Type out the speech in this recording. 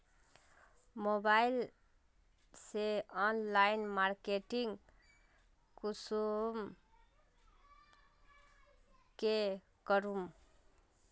Mobile से online marketing कुंसम के करूम?